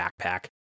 backpack